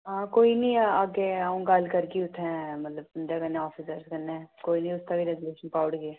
हां कोई निं अग्गें अ'ऊं गल्ल करगी उत्थै मतलब उं'दे कन्नै आफिसरें कन्नै कोई निं उत्थै बी रैजोल्यूशन पाई ओड़गे